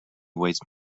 waste